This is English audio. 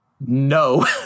No